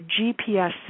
GPS